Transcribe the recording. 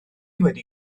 wedi